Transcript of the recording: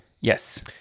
Yes